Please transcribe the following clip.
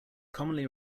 commonly